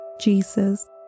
Jesus